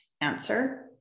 answer